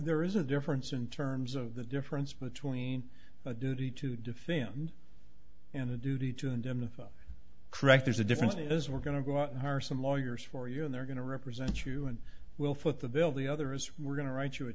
there is a difference in terms of the difference between a duty to defend and a duty to and in the correct there's a difference as we're going to go out or some lawyers for you and they're going to represent you and will foot the bill the others we're going to write you a